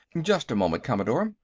just a moment, commodore.